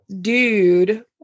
dude